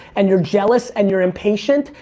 and you're jealous and you're impatient.